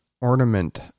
ornament